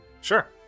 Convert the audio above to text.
Sure